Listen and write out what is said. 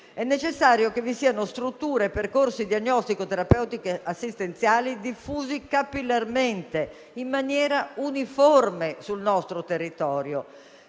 È necessario che vi siano strutture e percorsi diagnostico-terapeutici assistenziali diffusi capillarmente in maniera uniforme sul nostro territorio.